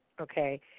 okay